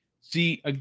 see